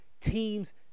teams